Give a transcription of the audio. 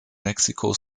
mexico